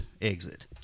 exit